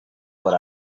what